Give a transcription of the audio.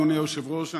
אדוני היושב-ראש,